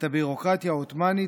את הביורוקרטיה העות'מאנית,